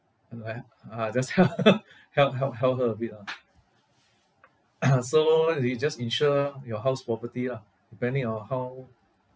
uh just he~ help help help her a bit lah so it just insure your house property lah depending on how